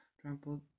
trampled